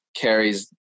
Carrie's